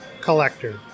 collector